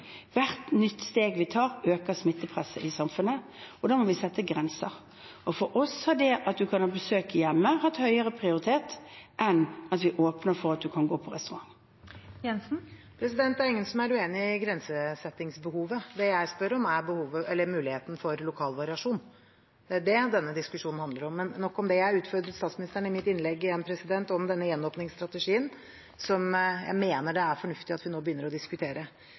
Hvert nytt steg vi tar, øker smittepresset i samfunnet, og da må vi sette grenser. For oss har det at man kan ha besøk i hjemmet, hatt høyere prioritet enn at vi åpner for at man kan gå på restaurant. Det er ingen som er uenig i grensesettingsbehovet. Det jeg spør om, er muligheten for lokal variasjon. Det er det denne diskusjonen handler om, men nok om det. Jeg utfordret statsministeren i mitt innlegg igjen om denne gjenåpningsstrategien, som jeg mener det er fornuftig at vi nå begynner å diskutere.